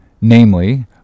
namely